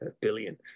billion